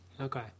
Okay